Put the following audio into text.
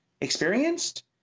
experienced